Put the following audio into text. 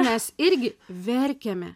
mes irgi verkiame